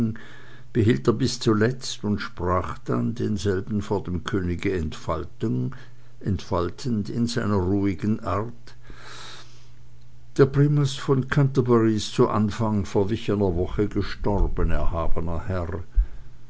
behielt er bis zuletzt und sprach dann denselben vor dem könige entfaltend in seiner ruhigen art der primas von canterbury ist zu anfang verwichener woche gestorben erhabener herr